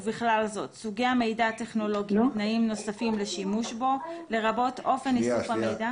(ב)מידע טכנולוגי שאסף השירות לפי החלטה